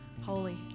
Holy